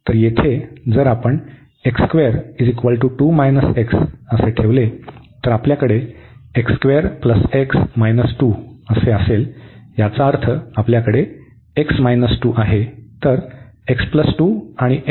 तर येथे जर आपण 2 x ठेवले तर आपल्याकडे असेल याचा अर्थ आपल्याकडे x 2 आहे